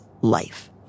life